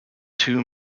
two